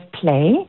play